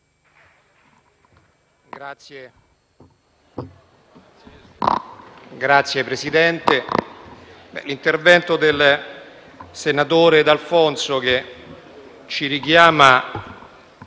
Signor Presidente, l'intervento del senatore d'Alfonso, che ci richiama